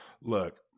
look